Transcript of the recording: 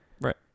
Right